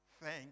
Thank